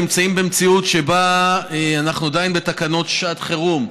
נמצאים במציאות שבה אנחנו עדיין בתקנות שעת חירום.